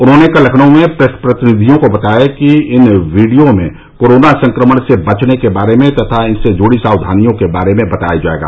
उन्होंने कल लखनऊ में प्रेस प्रतिनिधियों को बताया कि इन वीडियो में कोरोना संक्रमण से बचने के बारे में तथा इससे जुड़ी सावधानियों के बारे में बताया जायेगा